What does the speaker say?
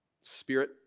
Spirit